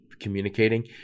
communicating